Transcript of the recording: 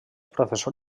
professor